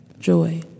joy